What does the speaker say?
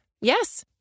Yes